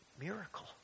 Miracle